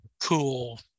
cool